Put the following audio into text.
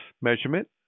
measurement